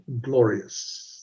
glorious